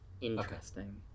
Interesting